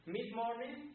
Mid-morning